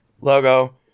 logo